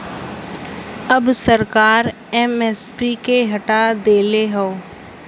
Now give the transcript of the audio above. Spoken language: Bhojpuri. अब सरकार एम.एस.पी के हटा देले हौ